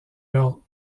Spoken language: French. leurs